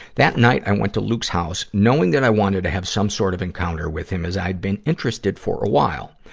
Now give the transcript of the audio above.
that night i went to luke's house, knowing that i wanted to have some sort of encounter with him, as i'd been interested for a while.